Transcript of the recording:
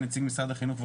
היה נציג משרד החינוך,